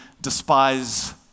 despise